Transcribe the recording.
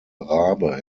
rabe